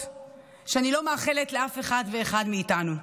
שאני לא מאחלת לאף אחד ואחד מאיתנו.